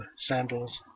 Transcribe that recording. sandals